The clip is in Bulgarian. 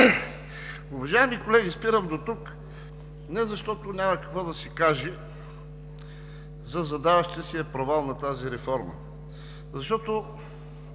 Уважаеми колеги, спирам дотук не защото няма какво да се каже за задаващия се провал на тази реформа.